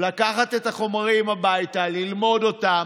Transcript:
לקחת את החומרים הביתה, ללמוד אותם,